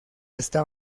está